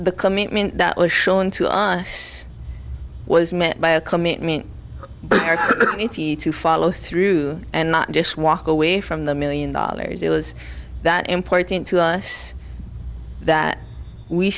the commitment that was shown to i was met by a commitment to follow through and not just walk away from the million dollars it was that important to us that we